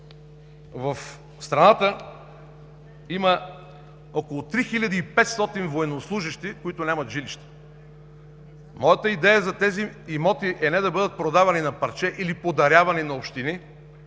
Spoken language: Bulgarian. в страната има около 3500 военнослужещи, които нямат жилище. Моята идея за тези имоти е не да бъдат продавани на парче или подарявани на общини,